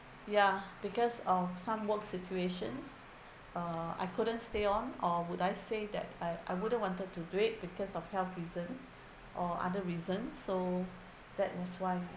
ya because of some work situations uh I couldn't stay on or would I say that I I wouldn't wanted to it because of health reason or other reason so that was why